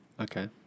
Okay